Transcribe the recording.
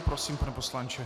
Prosím, pane poslanče.